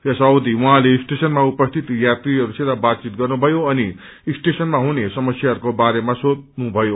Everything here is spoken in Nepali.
यस अवधि उहाँले स्टेशनमा उपस्थित यात्रीहरू सित बातचित गन्नुथयो अनि सटेशनमा हुने समस्याहरूको बारेमा सोघ्नुथयो